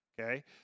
okay